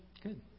Good